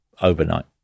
overnight